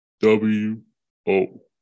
W-O